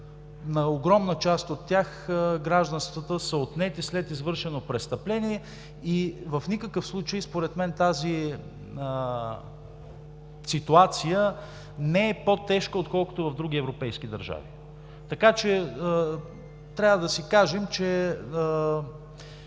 На огромна част от тях гражданствата са отнети след извършвано престъпление и според мен в никакъв случай тази ситуация не е по-тежка, отколкото в други европейски държави. Така че трябва да си кажем, че